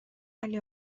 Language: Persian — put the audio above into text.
علی